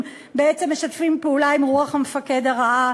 בעצם משתפים פעולה עם רוח המפקד הרעה.